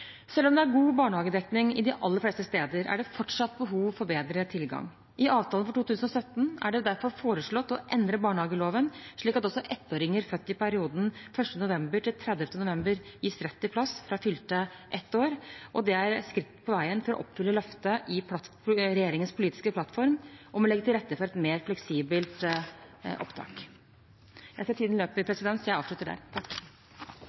Selv om det er god barnehagedekning de aller fleste steder, er det fortsatt behov for bedre tilgang. I avtalen for 2017 er det derfor foreslått å endre barnehageloven slik at også ettåringer født i perioden 1. november–30. november gis rett til plass fra fylte ett år. Det er et skritt på veien for å oppfylle løftet i regjeringens politiske plattform om å legge til rette for et mer fleksibelt opptak. – Jeg ser tiden løper, så jeg avslutter der.